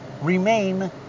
remain